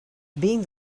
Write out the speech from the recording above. being